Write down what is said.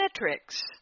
metrics